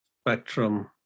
spectrum